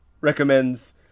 recommends